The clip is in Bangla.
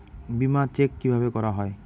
বিমা চেক কিভাবে করা হয়?